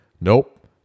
nope